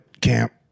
camp